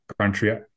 country